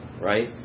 right